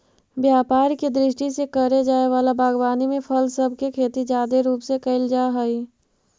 व्यापार के दृष्टि से करे जाए वला बागवानी में फल सब के खेती जादे रूप से कयल जा हई